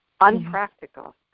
unpractical